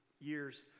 years